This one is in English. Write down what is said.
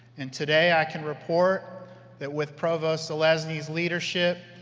and today i can report that with provost zelezny's leadership,